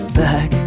back